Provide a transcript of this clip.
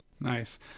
Nice